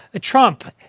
Trump—